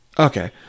Okay